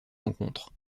rencontre